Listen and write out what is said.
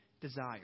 desire